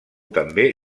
també